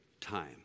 time